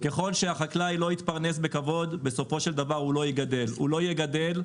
ככל שהחקלאי לא יתפרנס בכבוד, הוא לא יגדל דברים,